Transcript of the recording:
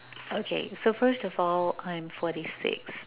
okay so first of all I'm forty six